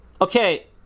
Okay